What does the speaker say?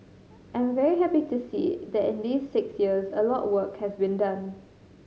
I'm very happy to see that in these six years a lot of work has been done